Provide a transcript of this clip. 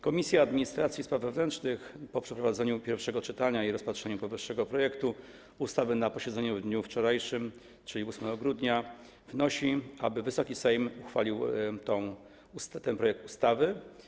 Komisja Administracji i Spraw Wewnętrznych po przeprowadzeniu pierwszego czytania i rozpatrzeniu powyższego projektu ustawy na posiedzeniu w dniu wczorajszym, czyli 8 grudnia, wnosi, aby Wysoki Sejm uchwalił ten projekt ustawy.